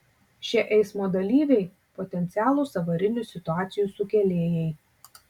šie eismo dalyviai potencialūs avarinių situacijų sukėlėjai